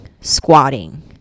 squatting